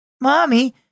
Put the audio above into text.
Mommy